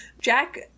Jack